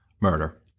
murder